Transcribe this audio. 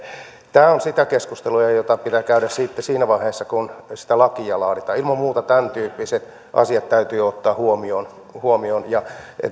on sitä keskustelua jota pitää käydä sitten siinä vaiheessa kun sitä lakia laaditaan ilman muuta tämäntyyppiset asiat täytyy ottaa huomioon ja